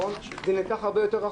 כמובן, בכפוף למה שיאמר היושב-ראש,